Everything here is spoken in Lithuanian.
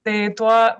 tai tuo